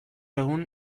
egun